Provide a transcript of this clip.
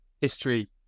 history